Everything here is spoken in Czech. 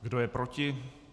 Kdo je proti?